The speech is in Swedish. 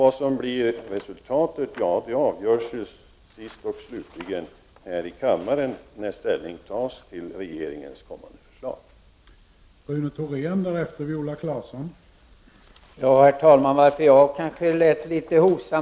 Vad som blir resultatet avgörs slutligen här i kammaren när ställning tas till regeringens kommande förslag.